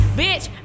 bitch